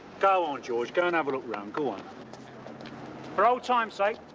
go on george. go and have a look round. go and for old times sake.